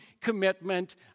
commitment